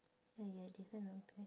ya ya different